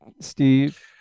Steve